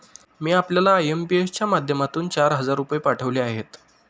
मी आपल्याला आय.एम.पी.एस च्या माध्यमातून चार हजार रुपये पाठवले आहेत